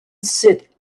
sit